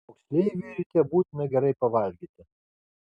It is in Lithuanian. moksleiviui ryte būtina gerai pavalgyti